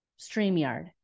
StreamYard